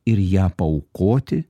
ir ją paaukoti